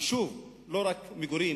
יישוב זה לא רק מגורים,